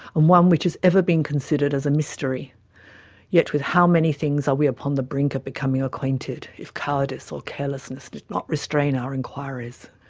and one which has ever been considered as a mystery yet with how many things are we upon the brink of becoming acquainted, if cowardice or carelessness did not restrain our inquiries.